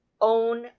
own